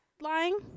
lying